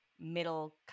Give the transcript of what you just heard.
middle